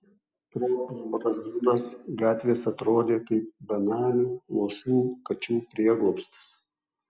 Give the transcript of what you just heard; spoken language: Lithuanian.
pro ambrazūras gatvės atrodė kaip benamių luošų kačių prieglobstis